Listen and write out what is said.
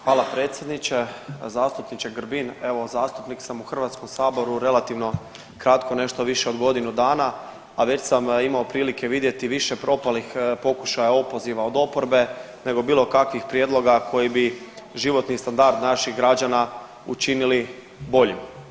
Hvala predsjedniče, zastupniče Grbin, evo, zastupnik sam u HS-u relativno kratko, nešto više od godinu dana, a već sam imao prilike vidjeti više propalih pokušaja opoziva od oporbe nego bilo kakvih prijedloga koji bi životni standard naših građana učinili boljim.